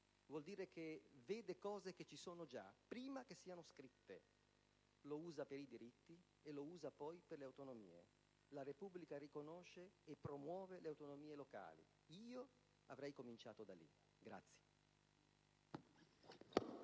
Vuol dire che vede cose che ci sono già, prima che siano scritte. Lo usa per i diritti e lo usa poi per le autonomie: «La Repubblica (...) riconosce e promuove le autonomie locali». Io avrei cominciato da lì.